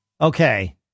Okay